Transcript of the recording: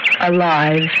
Alive